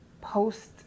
post